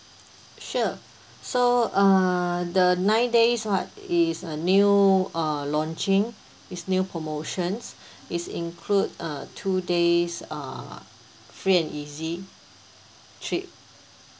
sure so uh the nine days [one] is a new uh launching it's new promotions it's include uh two days uh free and easy trip